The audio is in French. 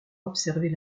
observer